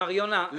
מר יונה,